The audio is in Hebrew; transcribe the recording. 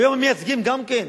היום הם מייצגים גם כן,